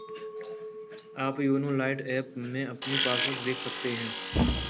आप YONO lite app में अपनी पासबुक देख सकते हैं